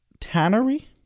Tannery